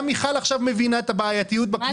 גם מיכל עכשיו מבינה את הבעייתיות בקבוצה הזאת.